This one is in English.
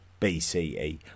BCE